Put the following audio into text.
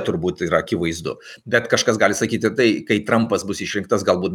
turbūt yra akivaizdu bet kažkas gali sakyti tai kai trampas bus išrinktas galbūt